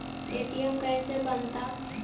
ATM कैसे बनता?